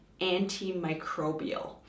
antimicrobial